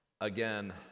again